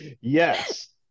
yes